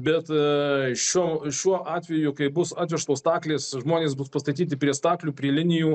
bet šiuo šiuo atveju kai bus atvežtos staklės žmonės bus pastatyti prie staklių prie linijų